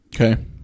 Okay